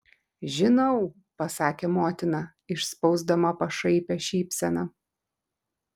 žinau pasakė motina išspausdama pašaipią šypseną